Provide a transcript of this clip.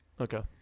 Okay